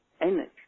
energy